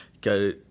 go